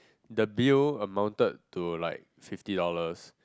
the bill amounted to like fifty dollars